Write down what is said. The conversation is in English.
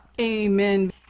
Amen